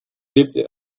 lebte